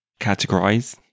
categorize